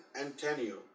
Antonio